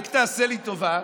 רק תעשה לי טובה,